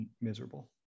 miserable